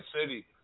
city